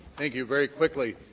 thank you. very quickly,